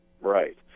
Right